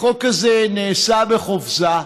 החוק הזה נעשה בחופזה.